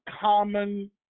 common